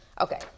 Okay